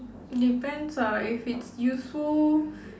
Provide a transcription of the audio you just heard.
depends ah if it's useful